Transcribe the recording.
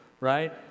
right